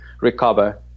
recover